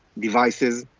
devices,